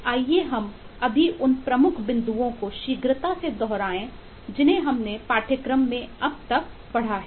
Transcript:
आइए हम अभी उन प्रमुख बिंदुओं को शीघ्रता से दोहराएं जिन्हें हमने पाठ्यक्रम में अब तक चर्चा की है